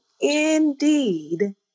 indeed